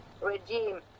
regime